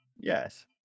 Yes